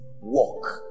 walk